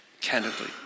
candidly